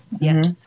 Yes